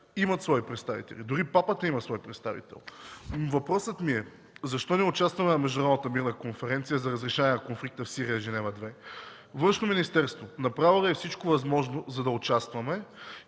имат свои представители. Дори папата има свой представител. Въпросът ми е: защо не участваме в Международната мирна конференция за разрешаване на конфликта в Сирия „Женева 2”? Външно министерство направило ли е всичко възможно, за да участваме